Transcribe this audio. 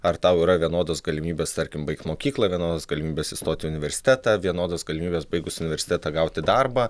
ar tau yra vienodos galimybės tarkim baigti mokyklą vienodos galimybės įstot į universitetą vienodos galimybes baigus universitetą gauti darbą